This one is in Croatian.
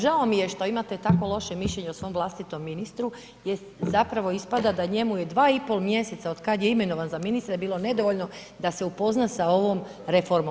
Žao mi je što imate tako loše mišljenje o svom vlastitom ministru jer zapravo ispada da njemu je 2,5 mjeseca od kada je imenovan za ministra bilo nedovoljno da se upozna sa ovom reformom.